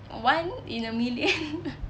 one in a million